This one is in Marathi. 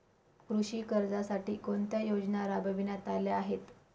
कृषी कर्जासाठी कोणत्या योजना राबविण्यात आल्या आहेत?